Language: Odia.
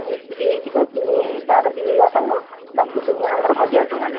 ମିସ୍ତ୍ରୀ ହେଇଥିବ ସିଏ ତା ର ଦୁଇ ହଜାର ଟଙ୍କା ବାକି ତିନି ଜଣଙ୍କର ହଜାରେ ଟଙ୍କା ଲେଖାଁ